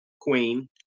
Queen